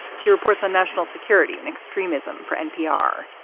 she reports on national security and extremism for npr.